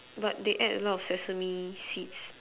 but they add a lot of sesame seeds